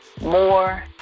more